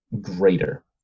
greater